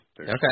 Okay